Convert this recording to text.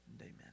amen